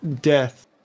death